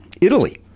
Italy